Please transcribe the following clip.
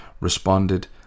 responded